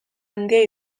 handia